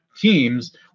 Teams